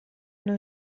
non